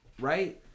right